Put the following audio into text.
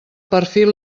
perfil